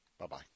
Bye-bye